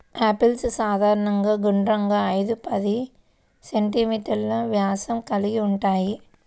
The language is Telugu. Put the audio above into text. యాపిల్స్ సాధారణంగా గుండ్రంగా, ఐదు పది సెం.మీ వ్యాసం కలిగి ఉంటాయి